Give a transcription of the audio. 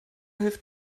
hilft